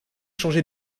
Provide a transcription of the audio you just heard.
changer